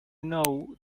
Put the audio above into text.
know